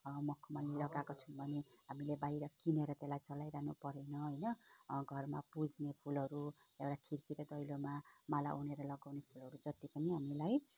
मखमली लगाएको छौँ भने हामीले बाहिर त्यसलाई किनेर चलाइरहनु परेन होइन घरमा पुज्ने फुलहरू एउटा खिड्की र दैलोमा माला उनेर लगाउने फुलहरू जति पनि हामीलाई